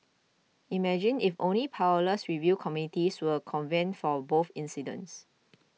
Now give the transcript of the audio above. imagine if only powerless review committees were convened for both incidents